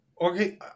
okay